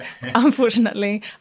unfortunately